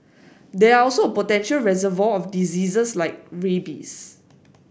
they are also a potential reservoir of diseases like rabies